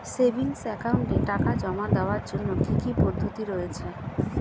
Savings একাউন্টে টাকা জমা দেওয়ার জন্য কি কি পদ্ধতি রয়েছে?